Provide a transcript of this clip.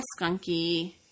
skunky